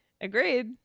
Agreed